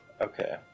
Okay